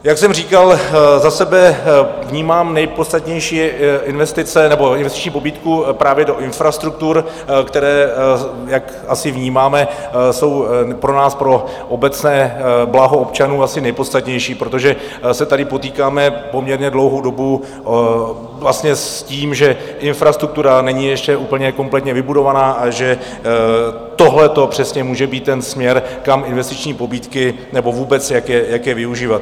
Jak jsem říkal, za sebe vnímám nejpodstatnější investice nebo investiční pobídku právě do infrastruktur, které, jak asi vnímáme, jsou pro nás, pro obecné blaho občanů, asi nejpodstatnější, protože se tady potýkáme poměrně dlouhou dobu s tím, že infrastruktura není ještě úplně kompletně vybudovaná a že tohleto přesně může být ten směr, kam investiční pobídky... nebo vůbec jak je využívat.